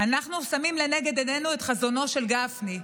אנחנו שמים לנגד עינינו את חזונו של גפני,